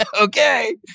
okay